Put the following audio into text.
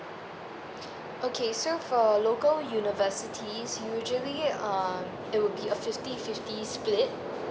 okay so for local universities usually um it will be a fifty fifty split